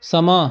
ਸਮਾਂ